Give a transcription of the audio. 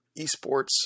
esports